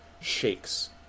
shakes